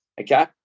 okay